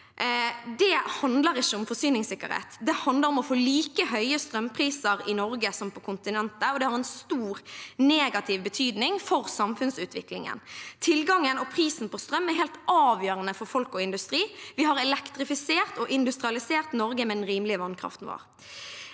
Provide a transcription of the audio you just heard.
handler ikke om forsyningssikkerhet, det handler om å få like høye strømpriser i Norge som på kontinentet, og det har en stor negativ betydning for samfunnsutviklingen. Tilgangen på og prisen på strøm er helt avgjørende for folk og industri. Vi har elektrifisert og industrialisert Norge med den rimelige vannkraften vår.